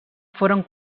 foren